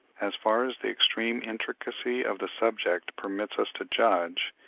as far as the extreme intricacy of the subject permits us to judge,